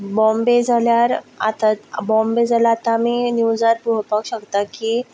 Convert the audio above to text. बॉम्बे जाल्यार आतां बॉम्बे जाल्यार आतां आमी निवजार पळोवपा शकता की